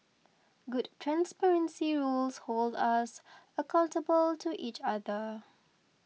good transparency rules hold us accountable to each other